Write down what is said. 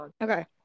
okay